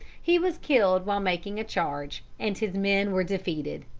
he was killed while making a charge, and his men were defeated.